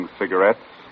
cigarettes